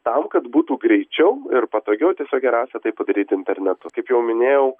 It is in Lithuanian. tam kad būtų greičiau ir patogiau tiesiog geriausia tai padaryti internetu kaip jau minėjau